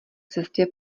cestě